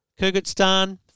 Kyrgyzstan